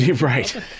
Right